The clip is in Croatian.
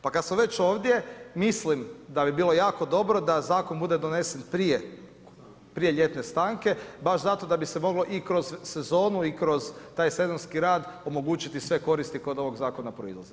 Pa kada smo već ovdje mislim da bi bilo jako dobro da zakon bude donesen prije ljetne stanke baš zato da bi se moglo i kroz sezonu i kroz taj sezonski rad omogućiti sve koristi koje kod ovog zakona proizlaze.